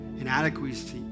inadequacies